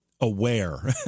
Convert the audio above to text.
aware